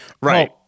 Right